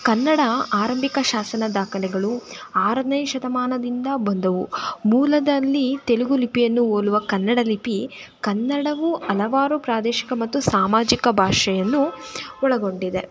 ಕನ್ನಡ ಆರಂಭಿಕ ಶಾಸನ ದಾಖಲೆಗಳು ಆರನೇ ಶತಮಾನದಿಂದ ಬಂದವು ಮೂಲದಲ್ಲಿ ತೆಲುಗು ಲಿಪಿಯನ್ನು ಹೋಲುವ ಕನ್ನಡ ಲಿಪಿ ಕನ್ನಡವು ಹಲವಾರು ಪ್ರಾದೇಶಿಕ ಮತ್ತು ಸಾಮಾಜಿಕ ಭಾಷೆಯನ್ನು ಒಳಗೊಂಡಿದೆ